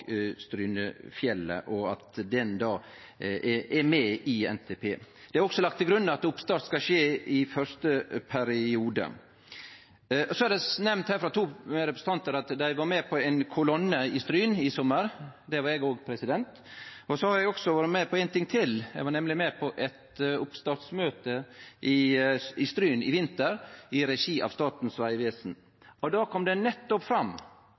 Strynefjellet og at den er med i NTP. Det er også lagt til grunn at oppstart skal skje i første periode. Så er det nemnt her frå to representantar at dei var med på ein kolonne i Stryn i sommar. Det var eg også, og så har eg vore med på ein ting til. Eg var nemleg med på eit oppstartsmøte i Stryn i vinter i regi av Statens vegvesen. Da kom det fram